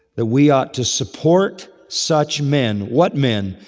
that we ought to support such men. what men?